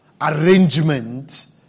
arrangement